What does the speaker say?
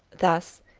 thus,